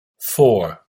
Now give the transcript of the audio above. four